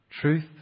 Truth